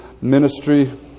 ministry